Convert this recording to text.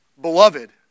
beloved